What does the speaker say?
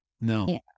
no